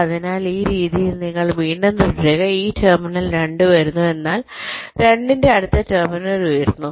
അതിനാൽ ഈ രീതിയിൽ നിങ്ങൾ വീണ്ടും തുടരുക ഈ ടെർമിനൽ 2 വരുന്നു എന്നാൽ 2 ന്റെ അടുത്ത ടെർമിനൽ ഉയർന്നു